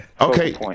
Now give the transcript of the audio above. Okay